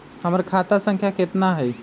हमर खाता संख्या केतना हई?